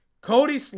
Cody